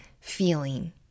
feeling